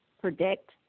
predict